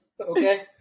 okay